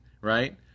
right